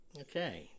Okay